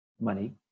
money